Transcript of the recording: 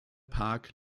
park